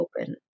open